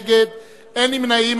אין נמנעים.